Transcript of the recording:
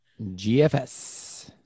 GFS